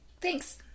thanks